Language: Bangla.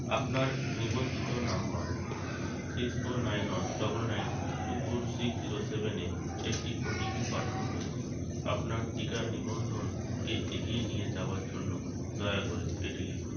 আপনার নিবন্ধিত নম্বর six four nine one double nine two four six zero সেভেনে একটি ও টি পি পাঠানো হয়েছে আপনার টিকা নিবন্ধনকে এগিয়ে নিয়ে যাওয়ার জন্য দয়া করে এটি লিখুন